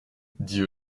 dit